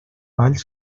vall